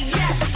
yes